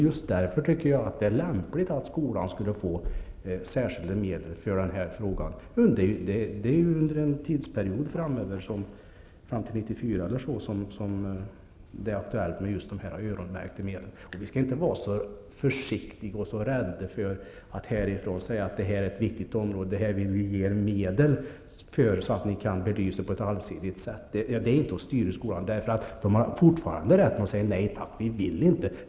Just därför tycker jag att det är lämpligt att skolan får särskilda medel för den här frågan. Det är ju under tidsperioden framöver, fram till ungefär 1994, som det är aktuellt med dessa öronmärkta medel. Vi skall inte vara så försiktiga och vara rädda för att säga: Detta är viktigt, och det här vill vi ge medel till så att ni kan belysa detta på ett allsidigt sätt. Det är inte att styra skolan. Skolan har fortfarande rätten att säga: Nej tack, vi vill inte.